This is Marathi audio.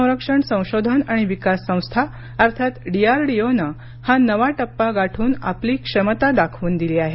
संरक्षण संशोधन आणि विकास संस्था अर्थात डीआरडीओनं हा नवा टप्पा गाठून आपली क्षमता दाखवून दिली आहे